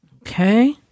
Okay